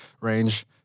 range